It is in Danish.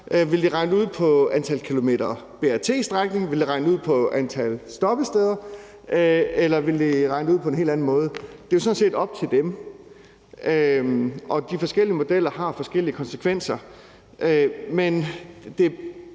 i forhold til antal kilometer BRT-strækning, vil de regne det ud i forhold til antal stoppesteder, eller vil de regne det ud på en helt anden måde? Det er jo sådan set op til dem, og de forskellige modeller har forskellige konsekvenser. Men det